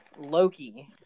Loki